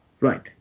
Right